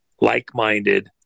like-minded